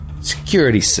security